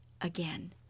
again